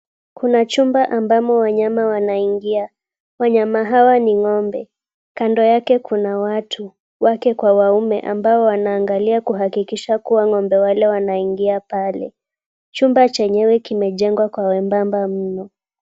Kuna chumba ambamo wanyama wanaingia, wanyamahawa ni ng'ombe, kando yake kuna watu, wake kwa waume ambao wanaangalia kuhakikisha kuwa ng'ombe wale wanaingia pale. Chumba chenyewe kimejengwa kwa wembamba mno.